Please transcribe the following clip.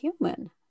human